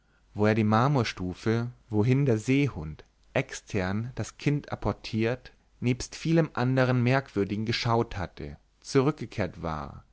wo er die marmorstufe wohin der seehund extern das kind apportiert nebst vielem andern merkwürdigen geschaut hatte zurückgekehrt war